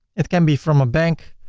it can be from a bank,